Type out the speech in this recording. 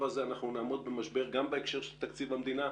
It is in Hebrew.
הזה אנחנו נעמוד במשבר גם בהקשר של תקציב המדינה,